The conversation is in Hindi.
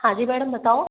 हाँ जी मैडम बताओ